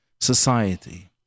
society